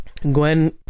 Gwen